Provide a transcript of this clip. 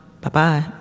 Bye-bye